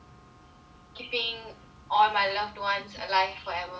keeping all my loved ones alive forever